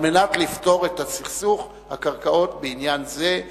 על מנת לפתור את סכסוך הקרקעות בעניין זה,